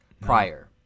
prior